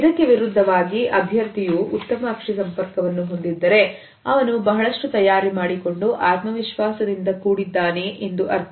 ಇದಕ್ಕೆ ವಿರುದ್ಧವಾಗಿ ಅಭ್ಯರ್ಥಿಯು ಉತ್ತಮ ಅಕ್ಷಿ ಸಂಪರ್ಕವನ್ನು ಹೊಂದಿದ್ದರೆ ಅವನು ಬಹಳಷ್ಟು ತಯಾರಿ ಮಾಡಿಕೊಂಡು ಆತ್ಮವಿಶ್ವಾಸದಿಂದ ಕೂಡಿದ್ದಾನೆ ಎಂದು ಅರ್ಥ